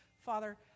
Father